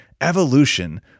evolution